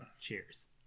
Cheers